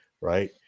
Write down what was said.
right